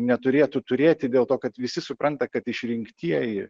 neturėtų turėti dėl to kad visi supranta kad išrinktieji